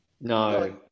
no